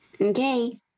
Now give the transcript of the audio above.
Okay